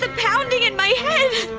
ah pounding in my head.